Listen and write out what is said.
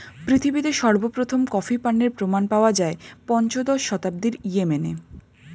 পৃথিবীতে সর্বপ্রথম কফি পানের প্রমাণ পাওয়া যায় পঞ্চদশ শতাব্দীর ইয়েমেনে